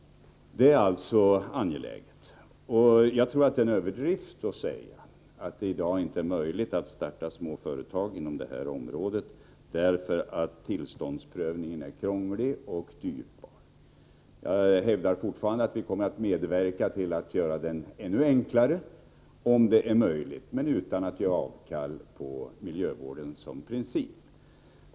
Det är angeläget. Jag tror att det är en överdrift att säga att det i dag inte är möjligt att starta ett småföretag inom det här området därför att tillståndsprövningen är krånglig och dyrbar. Jag hävdar fortfarande att vi kommer att medverka till att göra den ännu enklare, om det är möjligt, men utan att ge avkall på miljövården som princip.